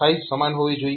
size સમાન હોવી જોઈએ